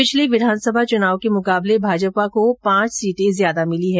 पिछले विधानसभ चुनाव के मुकाबले भाजपा को पांच सीटें ज्यादा मिली है